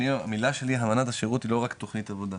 מילה שלי אמנת השירות היא לא רק תוכנית עבודה,